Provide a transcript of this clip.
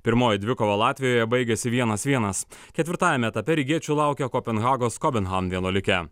pirmoji dvikova latvijoje baigėsi vienas vienas ketvirtajame etape rygiečių laukia kopenhagos kabenhavn vienuolikė